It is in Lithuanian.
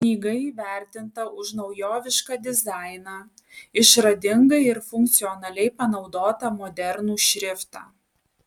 knyga įvertinta už naujovišką dizainą išradingai ir funkcionaliai panaudotą modernų šriftą